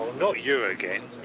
not you again